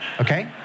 okay